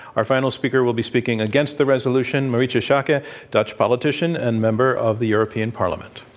our final speaker will be speaking against the resolution. mariejte schaake, ah dutch politician and member of the european parliament.